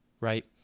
right